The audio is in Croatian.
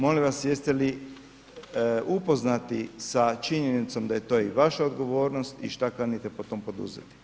Molim vas jeste li upoznati sa činjenicom da je to i vaša odgovornost i šta kanite po tom poduzeti?